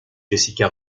jessica